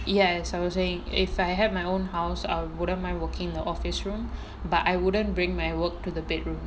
yes I was saying if I had my own house are wouldn't my working the office room but I wouldn't bring my work to the bedroom